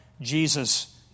Jesus